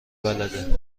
بلده